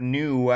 new